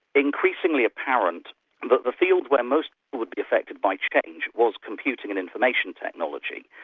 increasingly apparent but the field where most will be affected by change, was computing and information technology.